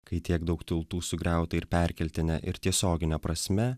kai tiek daug tautų sugriauta ir perkeltine ir tiesiogine prasme